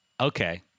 Okay